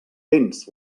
béns